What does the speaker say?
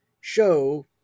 show